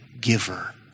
giver